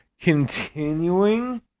continuing